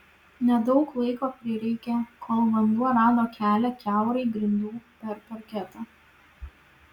nedaug laiko prireikė kol vanduo rado kelią kiaurai grindų per parketą